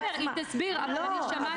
בסדר, היא תסביר, אבל אני שמעתי אותה.